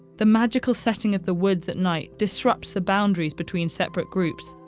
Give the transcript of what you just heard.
the magical setting of the woods at night disrupts the boundaries between separate groups,